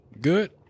Good